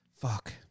fuck